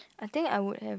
I think I would have